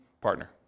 partner